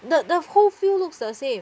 the the whole field looks the same